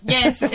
Yes